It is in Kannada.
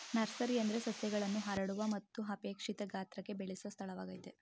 ನರ್ಸರಿ ಅಂದ್ರೆ ಸಸ್ಯಗಳನ್ನು ಹರಡುವ ಮತ್ತು ಅಪೇಕ್ಷಿತ ಗಾತ್ರಕ್ಕೆ ಬೆಳೆಸೊ ಸ್ಥಳವಾಗಯ್ತೆ